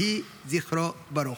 יהי זכרו ברוך.